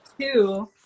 two